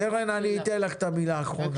קרן, אני אתן לך את המילה האחרונה.